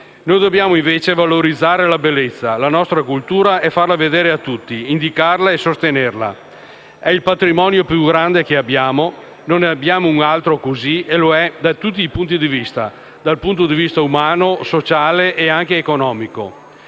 Noi dobbiamo, invece, valorizzare la bellezza, la nostra cultura e farla vedere a tutti, indicarla e sostenerla. È il patrimonio più grande che abbiamo, non ne abbiamo un altro così, e lo è da tutti i punti di vista, dai punti di vista umano, sociale e anche economico.